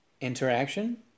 interaction